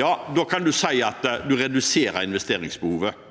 kan man si at man reduserer investeringsbehovet,